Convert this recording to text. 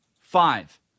five